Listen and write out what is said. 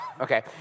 Okay